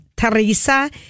Teresa